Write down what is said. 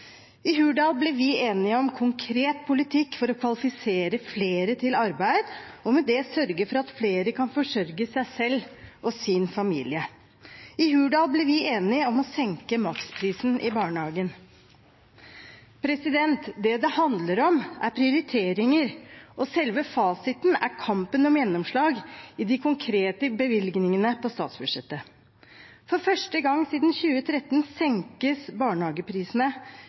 I Hurdal ble vi enige om konkret politikk for å kvalifisere flere til arbeid og med det sørge for at flere kan forsørge seg selv og sin familie. I Hurdal ble vi enige om å senke maksprisen i barnehagen. Det det handler om, er prioriteringer, og selve fasiten er kampen om gjennomslag i de konkrete bevilgningene på statsbudsjettet. For første gang siden 2013 senkes barnehageprisene